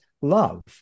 love